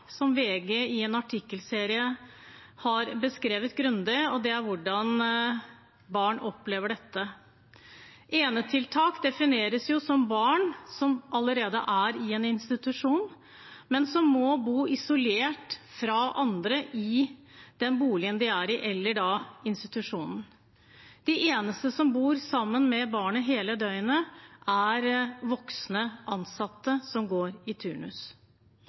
som VG i en artikkelserie har beskrevet grundig – og hvordan barn opplever dette. Enetiltak defineres som at barn som bor i en bolig eller i en institusjon, må bo isolert fra andre barn i boligen eller institusjonen. De eneste som bor sammen med barnet hele døgnet, er voksne ansatte som går i turnus.